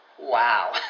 wow